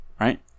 Right